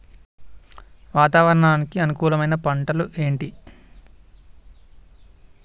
వాతావరణానికి అనుకూలమైన పంటలు ఏంటి?